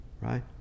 Right